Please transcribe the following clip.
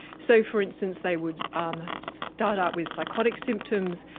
so, for instance, they would um start out with psychotic symptoms,